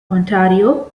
ontario